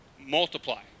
multiply